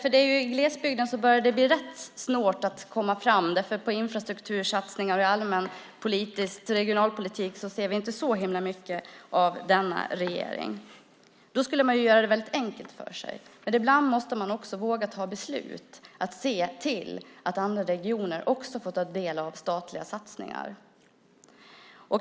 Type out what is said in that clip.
I glesbygden börjar det ju bli rätt svårt att komma fram, för vi ser inte så himla mycket av infrastruktursatsningar och allmän regionalpolitik från denna regering. Då skulle man göra det väldigt enkelt för sig, men ibland måste man också våga fatta beslut och se till att också andra regioner får ta del av statliga satsningar.